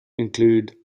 include